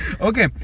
Okay